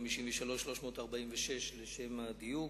של 316,553,346 אלף שקל, לשם הדיוק,